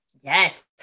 Yes